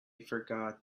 forgot